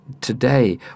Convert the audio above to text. today